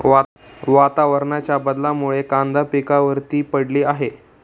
वातावरणाच्या बदलामुळे कांदा पिकावर ती पडली आहे